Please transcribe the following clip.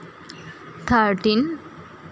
thirteen